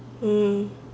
mm